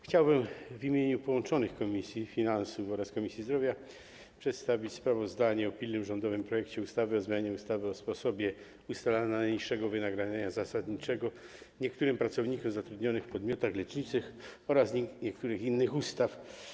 Chciałbym w imieniu połączonych komisji: Komisji Finansów Publicznych oraz Komisji Zdrowia przedstawić sprawozdanie o pilnym rządowym projekcie ustawy o zmianie ustawy o sposobie ustalania najniższego wynagrodzenia zasadniczego niektórych pracowników zatrudnionych w podmiotach leczniczych oraz niektórych innych ustaw.